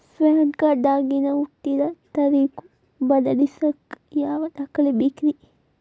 PAN card ದಾಗಿನ ಹುಟ್ಟಿದ ತಾರೇಖು ಬದಲಿಸಾಕ್ ಯಾವ ದಾಖಲೆ ಬೇಕ್ರಿ?